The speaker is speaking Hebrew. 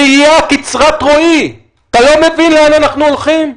ראייה קצרת רואי, אתה לא מבין לאן אנחנו הולכים?